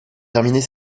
terminer